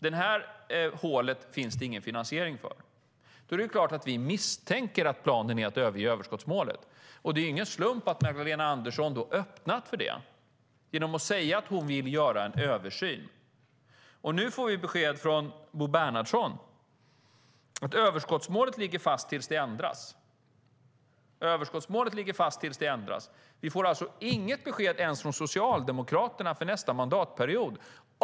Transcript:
Detta hål finns det ingen finansiering för. Då är det klart att vi misstänker att planen är att överge överskottsmålet. Det är ju ingen slump att Magdalena Andersson öppnar för det genom att säga att hon vill göra en översyn. Nu får vi dessutom besked från Bo Bernhardsson att överskottsmålet ligger fast tills det ändras. Vi får alltså inget besked från Socialdemokraterna inför nästa mandatperiod.